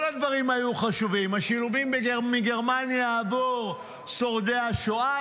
כל הדברים היו חשובים: השילומים מגרמניה עבור שורדי השואה,